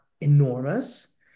enormous